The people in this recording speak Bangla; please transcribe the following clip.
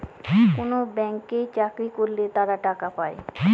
কোনো ব্যাঙ্কে চাকরি করলে তারা টাকা পায়